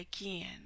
again